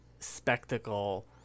spectacle